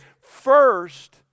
first